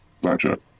Blackjack